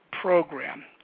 program